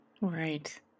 Right